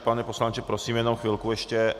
Pane poslanče, prosím jenom chvilku ještě.